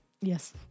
Yes